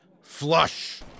Flush